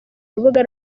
urubuga